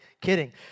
kidding